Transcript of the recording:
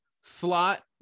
slot